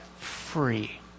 free